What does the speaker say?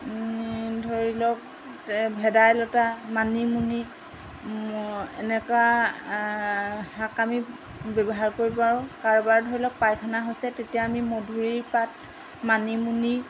ধৰি লওক ভেদাইলতা মানিমুনি এনেকুৱা শাক আমি ব্যৱহাৰ কৰিব পাৰোঁ কাৰোবাৰ ধৰি লওক পায়খানা হৈছে তেতিয়া আমি মধুৰিৰ পাত মানিমুনি